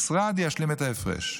המשרד ישלים את ההפרש.